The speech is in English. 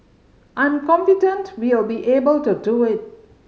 I'm confident we'll be able to do it